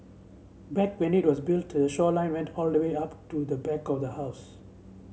back when it was built the shoreline went all the way up to the back of the house